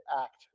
act